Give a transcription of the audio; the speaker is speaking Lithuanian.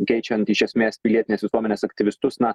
keičiant iš esmės pilietinės visuomenės aktyvistus na